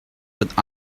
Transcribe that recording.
with